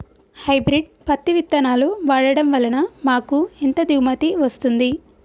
Hybrid పత్తి విత్తనాలు వాడడం వలన మాకు ఎంత దిగుమతి వస్తుంది?